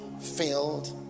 filled